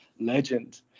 legend